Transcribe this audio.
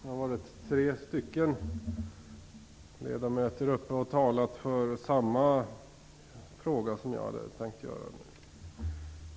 Herr talman! Tre ledamöter har nu varit uppe och talat om den fråga som jag hade tänkt ta upp.